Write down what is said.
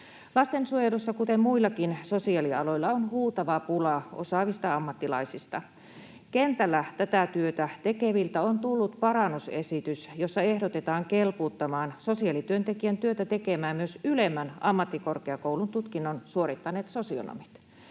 Lastensuojelussa, kuten muillakin sosiaalialoilla, on huutava pula osaavista ammattilaisista. Kentällä tätä työtä tekeviltä on tullut parannusesitys, jossa ehdotetaan kelpuuttamaan sosiaalityöntekijän työtä tekemään myös ylemmän ammattikorkeakoulututkinnon suorittaneet sosionomit.